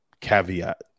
caveat